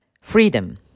Freedom